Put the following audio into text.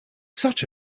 such